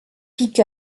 pick